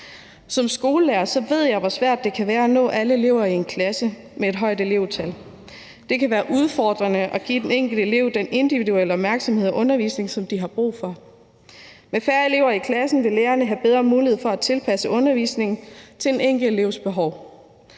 Som skolelærer ved jeg, hvor svært det kan være at nå alle elever i en klasse med et højt elevtal. Det kan være udfordrende at give den enkelte elev den individuelle opmærksomhed og undervisning, som de har brug for. Med færre elever i klassen vil lærerne have bedre mulighed for at tilpasse undervisningen til den enkelte elevs behov.